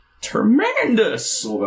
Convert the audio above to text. Tremendous